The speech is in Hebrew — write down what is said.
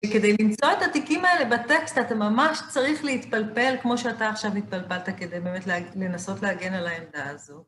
וכדי למצוא את התיקים האלה בטקסט, אתה ממש צריך להתפלפל, כמו שאתה עכשיו התפלפלת, כדי באמת לנסות להגן על העמדה הזו.